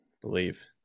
believe